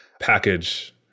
package